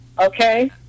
Okay